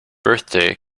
birthday